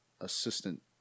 assistant